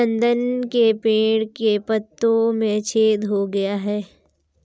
नंदन के पेड़ के पत्तों में छेद हो गया है